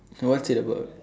no what's it about